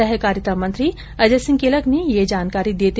सहकारिता मंत्री अजय सिंह किलक ने ये जानकारी दी